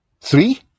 Three